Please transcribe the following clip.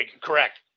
Correct